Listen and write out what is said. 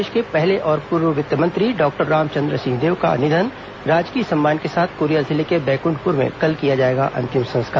प्रदेश के पहले और पूर्व वित्त मंत्री डॉक्टर रामचंद्र सिंहदेव का निधन राजकीय सम्मान के साथ कोरिया जिले के बैकुंठपुर में कल किया जाएगा अंतिम संस्कार